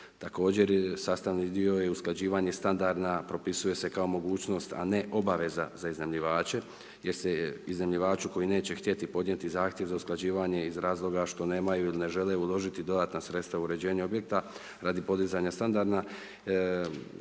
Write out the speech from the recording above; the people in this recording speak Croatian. Također, sastavni dio je usklađivanje standarda propisuje se kao mogućnost a ne obaveza za iznajmljivače jer se iznajmljivaču koji neće htjeti podnijeti Zahtjev za usklađivanje iz razloga što nemaju ili ne žele uložiti dodatna sredstava u uređenje objekta radi podizanja standarda